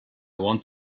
want